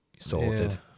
sorted